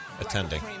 attending